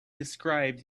described